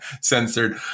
censored